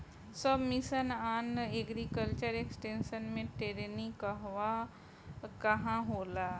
सब mission on agriculture extension मै टेरेनीं कहवा कहा होला?